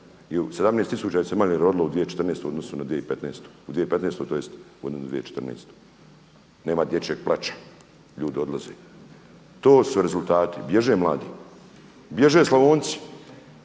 17 tisuća se manje rodilo u 2014. u odnosu na 2015. U 2015. tj. u odnosu na 2014. nema dječjeg plača. Ljudi odlaze. To su rezultati. Bježe mladi. Bježe Slavonci.